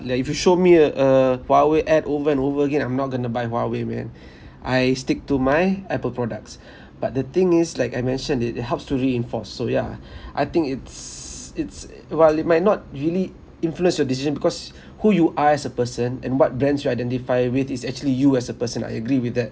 like if you show me a a huawei ad over and over again I'm not going to buy huawei man I stick to my apple products but the thing is like I mentioned it helps to reinforce so yeah I think it's it's while it might not really influence your decision because who you are as a person and what brands you identify with is actually you as a person I agree with that